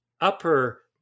upper